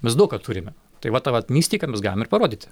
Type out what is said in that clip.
mes daug ką turime tai va tą vat mistiką mes galim ir parodyti